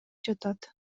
жатат